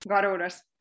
Garuda's